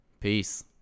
Peace